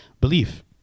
belief